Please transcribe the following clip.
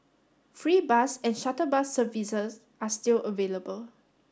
free bus and shuttle bus services are still available